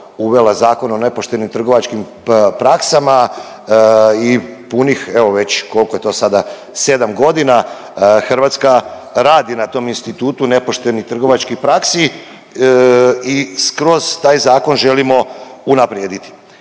uvela Zakon o nepoštenim trgovačkim praksama i punih evo već, kolko je to sada, 7.g. Hrvatska radi na tom institutu nepoštenih trgovačkih praksi i skroz taj zakon želimo unaprijediti.